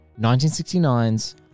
1969's